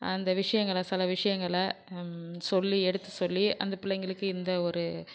அந்த விஷயங்களை சில விஷயங்களை சொல்லி எடுத்து சொல்லி அந்த பிள்ளைங்களுக்கு இந்த ஒரு